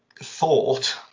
thought